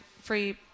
free